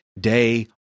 day